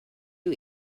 you